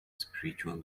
spiritual